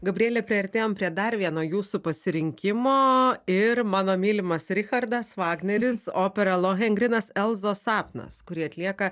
gabrielė priartėjom prie dar vieno jūsų pasirinkimo ir mano mylimas richardas vagneris opera lohengrinas elzos sapnas kurį atlieka